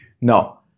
Now